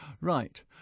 Right